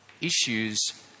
issues